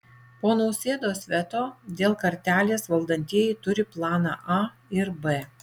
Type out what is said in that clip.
po nausėdos veto dėl kartelės valdantieji turi planą a ir b